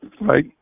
Right